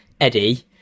Eddie